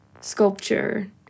sculpture